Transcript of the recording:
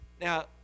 now